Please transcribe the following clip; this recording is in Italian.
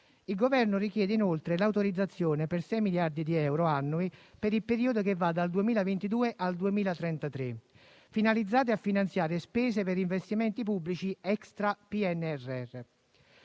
Il Governo richiede inoltre l'autorizzazione, per 6 miliardi di euro annui, per il periodo che va dal 2022 al 2033, finalizzati a finanziare spese per investimenti pubblici *extra* PNRR.